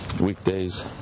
weekdays